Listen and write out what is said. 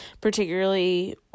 particularly